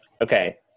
Okay